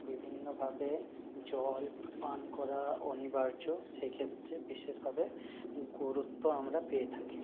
বিভিন্নভাবে জল পান করা অনিবার্য সেই ক্ষেত্রে বিশেষভাবে গুরুত্ব আমরা পেয়ে থাকি